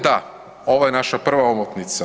Da, ovo je naša prva omotnica.